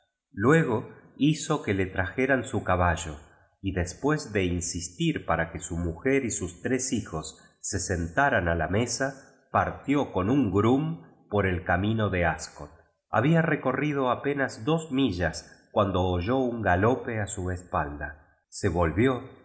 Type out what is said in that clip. luego hizo que le trajeran su caballo y después de insistir para que su mujer y sus tres hijos se sentaran a la mesa partió con tm groom por el camino de ascol i labia recorrido apenas dos millas cuando oyó un galope a su espalda se volvió